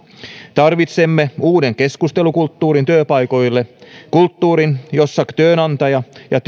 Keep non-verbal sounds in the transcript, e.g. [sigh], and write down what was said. tarvitsemme uuden keskustelukulttuurin työpaikoille kulttuurin jossa työnantaja ja [unintelligible]